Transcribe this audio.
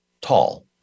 tall